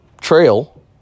Trail